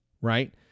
right